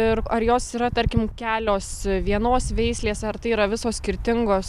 ir ar jos yra tarkim kelios vienos veislės ar tai yra visos skirtingos